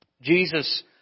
Jesus